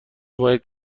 باید